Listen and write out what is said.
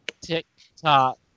Tick-tock